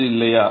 இது இல்லையா